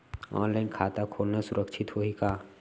Online खाता खोलना सुरक्षित होही का?